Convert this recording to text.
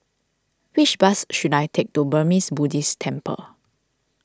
which bus should I take to Burmese Buddhist Temple